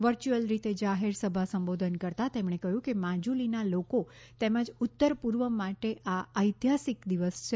virtual રીતે જાહેરસભા સંબોધન કરતાં તેમણે કહ્યું કે માજુલીના લોકો તેમજ ઉત્તર પૂર્વ માટે આ ઐતિહાસિક દિવસ છે